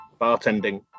bartending